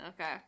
Okay